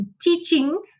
teaching